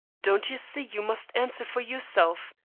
don't you see you must answer for yourself?